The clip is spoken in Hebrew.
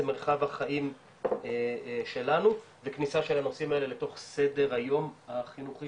מרחב החיים שלנו וכניסה של הנושאים האלה לתוך בדר היום החינוכי